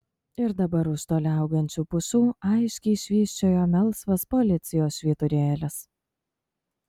ir dabar už toli augančių pušų aiškiai švysčiojo melsvas policijos švyturėlis